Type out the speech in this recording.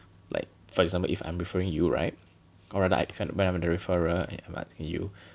like for example if I'm referring you right correct a not when I'm the referrer and I'm referring you